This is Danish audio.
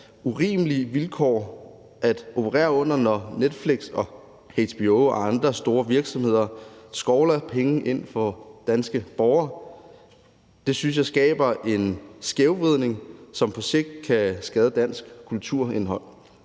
urimelige vilkår at operere under, når Netflix og HBO og andre store virksomheder skovler penge ind på danske borgere. Det synes jeg skaber en skævvridning, som på sigt kan skade dansk kulturindhold.